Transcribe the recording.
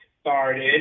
started